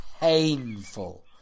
painful